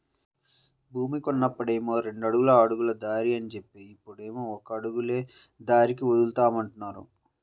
భూమి కొన్నప్పుడేమో రెండడుగుల అడుగుల దారి అని జెప్పి, ఇప్పుడేమో ఒక అడుగులే దారికి వదులుతామంటున్నారు